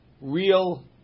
Real